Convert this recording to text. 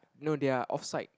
no they're off site